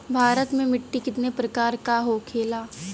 भारत में मिट्टी कितने प्रकार का होखे ला?